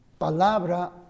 palabra